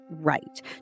right